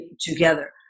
together